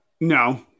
No